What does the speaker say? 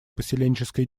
поселенческой